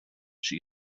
she